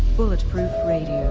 bulletproof radio,